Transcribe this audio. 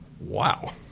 Wow